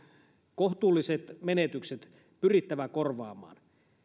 kohtuulliset menetykset korvaamaan